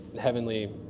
heavenly